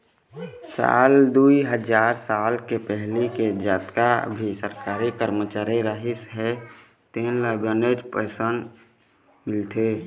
साल दुई हजार चार के पहिली के जतका भी सरकारी करमचारी रहिस हे तेन ल बनेच पेंशन मिलथे